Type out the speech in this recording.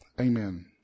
amen